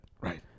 Right